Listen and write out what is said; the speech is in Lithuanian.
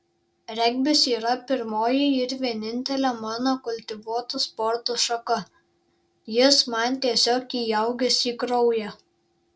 regbis yra pirmoji ir vienintelė mano kultivuota sporto šaka jis man tiesiog įaugęs į kraują